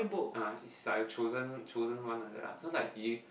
uh he's like a chosen chosen one like that ah so like he